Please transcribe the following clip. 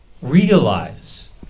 Realize